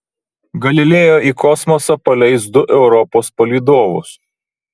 galileo į kosmosą paleis du europos palydovus